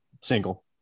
Single